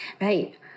Right